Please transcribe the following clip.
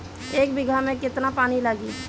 एक बिगहा में केतना पानी लागी?